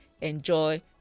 enjoy